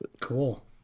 Cool